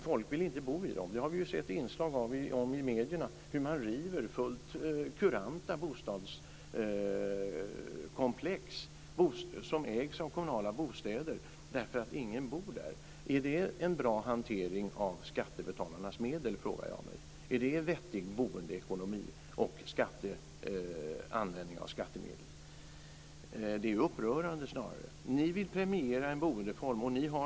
Folk vill inte bo i dem. Vi har sett inslag i medierna om hur man river fullt kuranta bostadskomplex, som ägs av kommunala bostadsföretag, därför att ingen bor där. Är det en bra hantering av skattebetalarnas medel? Är det en vettig boendeekonomi och användning av skattemedel? Det är snarare upprörande. Ni vill premiera en boendeform.